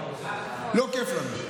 לא כיף לנו.